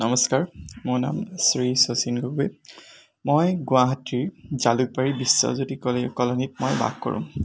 নমস্কাৰ মোৰ নাম শ্ৰী শচীন গগৈ মই গুৱাহাটীৰ জালুকবাৰীৰ বিশ্বজ্যোতি কলনীত মই বাস কৰোঁ